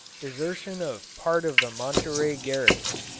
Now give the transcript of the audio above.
desertion of part of the monterey garrison